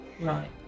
Right